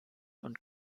und